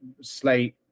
slate